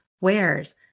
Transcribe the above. wears